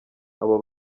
abo